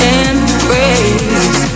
embrace